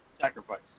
sacrifice